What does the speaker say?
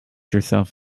yourself